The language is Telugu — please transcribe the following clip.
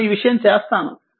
నేను ఈ విషయం చేస్తాను